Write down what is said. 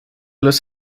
los